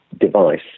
device